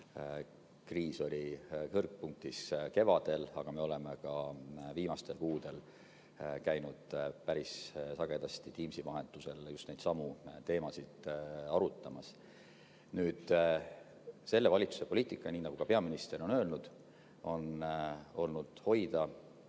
kriis oli kõrgpunktis, aga me oleme ka viimastel kuudel käinud päris sagedasti Teamsi vahendusel just neidsamu teemasid arutamas. Nüüd, selle valitsuse poliitika, nii nagu ka peaminister on öelnud, on olnud hoida